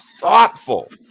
thoughtful